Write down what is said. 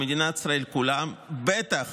במדינת ישראל כולה, ובטח